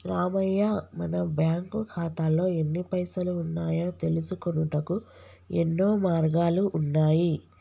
రామయ్య మన బ్యాంకు ఖాతాల్లో ఎన్ని పైసలు ఉన్నాయో తెలుసుకొనుటకు యెన్నో మార్గాలు ఉన్నాయి